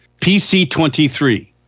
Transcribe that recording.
PC23